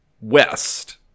west